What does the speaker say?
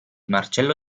marcello